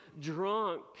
drunk